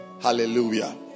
Hallelujah